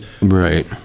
right